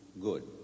good